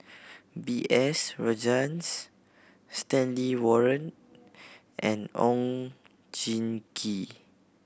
B S Rajhans Stanley Warren and Oon Jin Gee